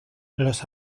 los